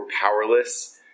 powerless